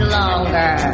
longer